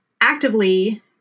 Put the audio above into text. actively